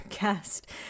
guest